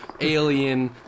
Alien